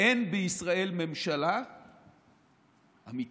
אין בישראל ממשלה אמיתית,